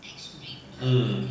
mm